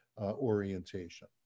orientation